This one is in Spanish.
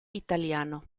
italiano